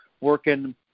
working